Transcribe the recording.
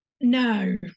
no